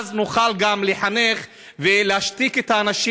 ואז גם נוכל לחנך ולהשתיק את האנשים